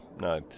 no